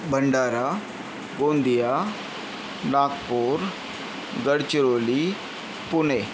Bhandara Gondia Nagpur Gadchiroli Pune